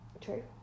true